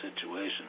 situation